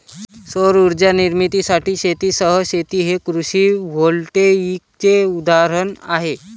सौर उर्जा निर्मितीसाठी शेतीसह शेती हे कृषी व्होल्टेईकचे उदाहरण आहे